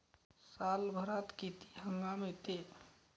सालभरात किती हंगाम येते?